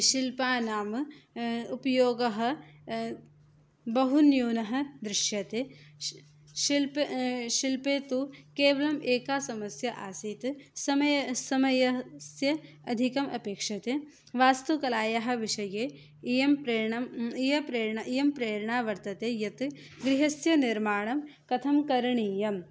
शिल्पानाम् उपयोगः बहुन्यूनः दृश्यते शिल्पे तु केवलम् एका समस्या आसीत् समये समयस्य अधिकम् अपेक्ष्यते वास्तुकलायाः विषये इयं प्रेरणा वर्तते यत् गृहस्य निर्माणं कथं करणीयं